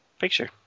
picture